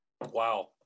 Wow